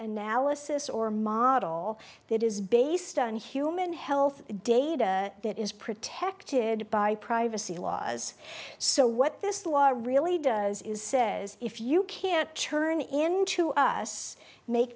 analysis or model that is based on human health data that is protected by privacy laws so what this law really does is says if you can't turn into us make